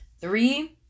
three